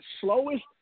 slowest